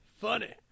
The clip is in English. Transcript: funny